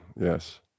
Yes